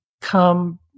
come